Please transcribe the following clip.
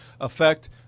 affect